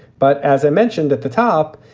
but as i mentioned at the top,